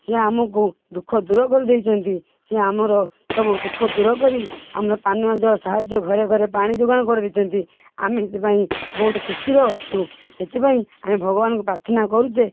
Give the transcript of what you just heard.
ସିଏ ଆମକୁ ଦୁଃଖ ଦୂର କରିଦେଇଛନ୍ତି ସିଏ ଆମର ସବୁ ଦୁଃଖ ଦୂର କରି ପାନୀୟ ଜଳ ସାହାଯ୍ୟ ଘରେ ଘରେ ପାଣି ଯୋଗାଣ କରିଦେଇଛନ୍ତି ଆମେ ହେଇଟି ପାଇଁ ବହୁତ ଖୁସିରେ ଅଛୁ ସେଥିପାଇଁ ଆମେ ଭଗବାନକୁ ପ୍ରର୍ଥନା କରୁଯେ